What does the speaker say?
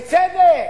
בצדק,